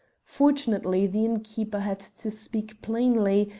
fortunately the innkeeper had to speak plainly,